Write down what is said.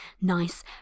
nice